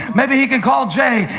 maybe he can call jay.